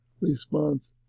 response